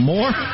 More